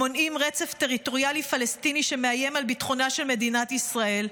הם מונעים רצף טריטוריאלי פלסטיני שמאיים על ביטחונה של מדינת ישראל,